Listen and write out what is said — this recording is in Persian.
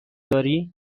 داری